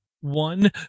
one